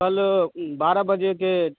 कल बारह बजे के